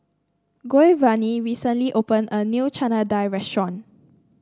Giovani recently opened a new Chana Dal Restaurant